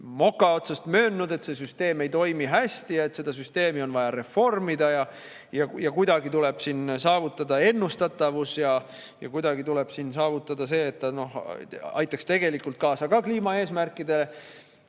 moka otsast möönnud, et see süsteem ei toimi hästi ja et seda süsteemi on vaja reformida ja kuidagi tuleb saavutada ennustatavus ja kuidagi tuleb saavutada see, et ta aitaks tegelikult kaasa ka kliimaeesmärkidele.